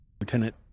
lieutenant